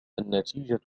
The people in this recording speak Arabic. النتيجة